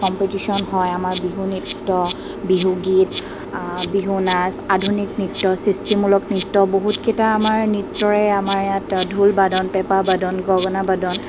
competition হয় আমাৰ বিহু নৃত্য বিহু গীত বিহু নাচ আধুনিক নৃত্য সৃষ্টিমূলক নৃত্য বহুতকেইটা আমাৰ নৃত্যৰে আমাৰ ইয়াত ঢোল বাদন পেঁপা বাদন গগনা বাদন